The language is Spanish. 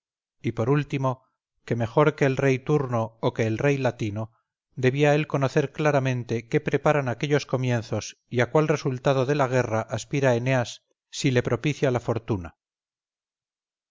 y por último que mejor que el rey turno o que el rey latino debía él conocer claramente qué preparan aquellos comienzos y a cuál resultado de la guerra aspira eneas si le propicia la fortuna